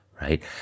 right